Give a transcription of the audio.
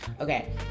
Okay